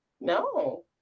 No